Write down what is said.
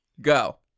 Go